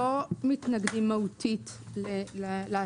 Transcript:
אני